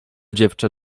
dziewczę